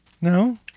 no